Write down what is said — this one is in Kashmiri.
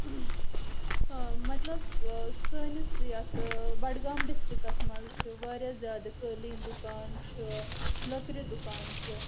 اۭں مطلب سٲنِس یتھ بڈگام ڈرسٹرکَس منٛز چھِ واریاہ زیادٕ قٲلیٖن دُکان چھِ لکرِ دُکان چھِ